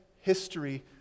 history